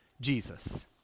Jesus